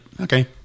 Okay